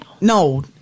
No